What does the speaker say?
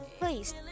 please